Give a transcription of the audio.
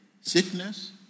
sickness